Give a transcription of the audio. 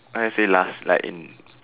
why you say last like in